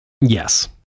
yes